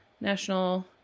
national